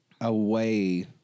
away